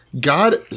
God